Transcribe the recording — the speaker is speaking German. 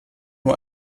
nur